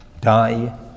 Die